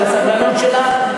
על הסבלנות שלך.